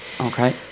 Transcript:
Okay